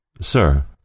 Sir